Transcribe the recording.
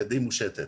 ידי מושטת.